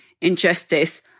injustice